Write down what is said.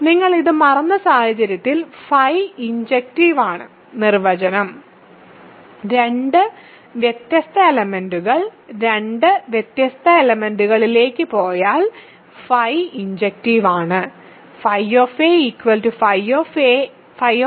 നിങ്ങൾ ഇത് മറന്ന സാഹചര്യത്തിൽ φ ഇൻജെക്റ്റീവ് ആണ് നിർവചനം രണ്ട് വ്യത്യസ്ത എലെമെന്റ്സ്കൾ രണ്ട് വ്യത്യസ്ത എലെമെന്റ്കളിലേക്ക് പോയാൽ φ ഇൻജെക്റ്റീവ് ആണ്